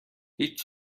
هیچ